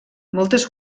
moltes